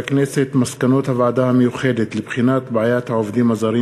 מסקנות הוועדה המיוחדת לבחינת בעיית העובדים הזרים